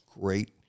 great